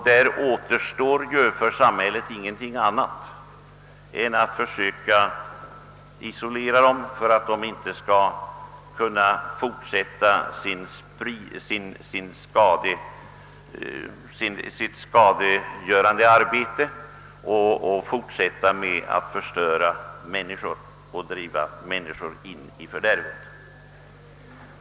Då återstår för samhället inget annat än att försöka isolera dem så att de inte kan fortsätta sin skadegörande verksamhet, förstöra människor och driva dem i fördärvet.